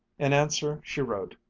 in answer she wrote,